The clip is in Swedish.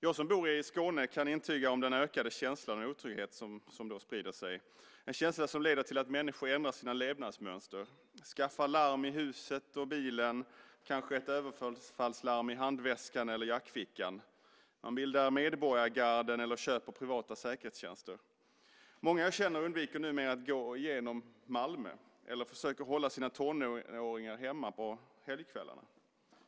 Jag som bor i Skåne kan vittna om den ökade känsla av otrygghet som sprider sig, en känsla som leder till att människor ändrar sina levnadsmönster, skaffar larm i huset och bilen och kanske bär ett överfallslarm i handväskan eller jackfickan. Man bildar medborgargarden eller köper privata säkerhetstjänster. Många jag känner undviker numera att gå igenom Malmö eller försöker hålla sina tonåringar hemma helgkvällar.